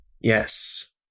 Yes